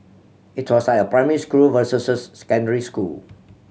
it was like primary school versus secondary school